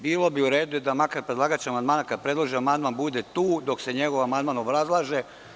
Bilo bi uredu da makar predlagač amandmana, kada predloži amandman, bude tu dok se njegov amandman obrazlaže.